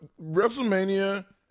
WrestleMania